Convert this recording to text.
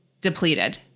depleted